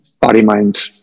body-mind